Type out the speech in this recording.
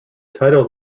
title